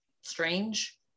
strange